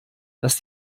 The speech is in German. dass